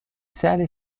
sede